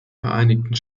vereinigten